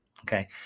Okay